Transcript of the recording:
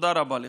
תודה רבה לך.